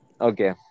Okay